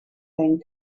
thing